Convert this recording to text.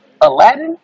Aladdin